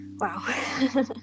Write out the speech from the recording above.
Wow